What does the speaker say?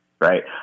Right